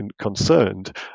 concerned